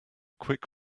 quick